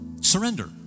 surrender